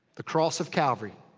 the cross of calvary.